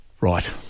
Right